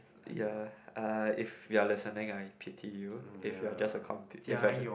ya uh if you're listening I pity you if you are just a comp~ if you are just